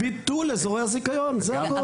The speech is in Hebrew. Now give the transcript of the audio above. ביטול אזורי הזיכיון, זה הכל.